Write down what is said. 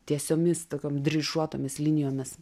tiesiomis tokiom dryžuotomis linijomis